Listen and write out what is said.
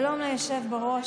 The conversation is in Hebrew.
שלום ליושב בראש,